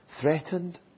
threatened